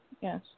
yes